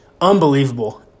unbelievable